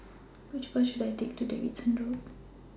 Which Bus should I Take to Davidson Road